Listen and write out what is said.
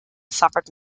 suffered